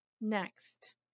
Next